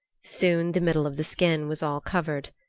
soon the middle of the skin was all covered.